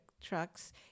trucks